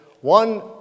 One